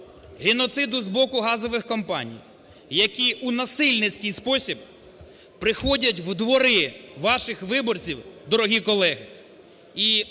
геноциду з боку газових компаній, які у насильницький спосіб приходять у двори ваших виборців, дорогі колеги,